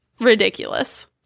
ridiculous